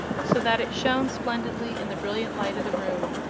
so that it shone splendidly in the brilliant light of the room.